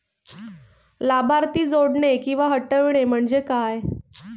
लाभार्थी जोडणे किंवा हटवणे, म्हणजे काय?